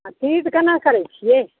आ तीज कना करैत छियै